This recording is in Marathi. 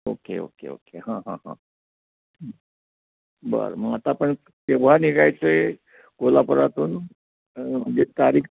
ओके ओके ओके हां हां हां बरं मग आता पण केव्हा निघायचं आहे कोल्हापुरातून म्हणजे तारीख